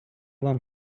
вам